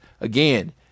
again